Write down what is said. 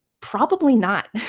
probably not,